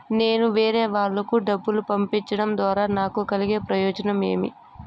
నేను వేరేవాళ్లకు డబ్బులు పంపించడం ద్వారా నాకు కలిగే ప్రయోజనం ఏమి?